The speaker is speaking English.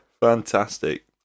Fantastic